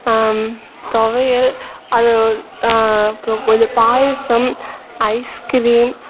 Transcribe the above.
துவையல் அது அப்புறோம் கொஞ்சம் பாயாசம் ஐஸ்கிரீம்